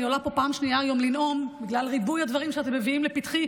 אני עולה פה פעם שנייה היום לנאום בגלל ריבוי הדברים שאתם מביאים לפתחי,